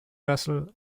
vessel